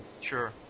Sure